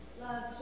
Love